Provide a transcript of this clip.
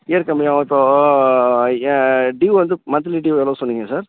year கம்மியாகும் இப்போது என் ட்யூ வந்து மன்த்லி ட்யூ எவ்வளவு சொன்னீங்க சார்